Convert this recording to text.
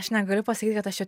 aš negaliu pasakyt kad aš čia